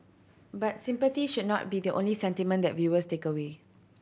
but sympathy should not be the only sentiment that viewers take away